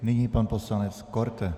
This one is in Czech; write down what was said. Nyní pan poslanec Korte.